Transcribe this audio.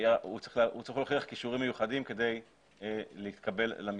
והוא צריך להוכיח כישורים מיוחדים כדי להתקבל למשרה.